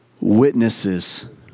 witnesses